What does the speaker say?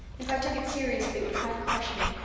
if i took it seriously it would quite crush me.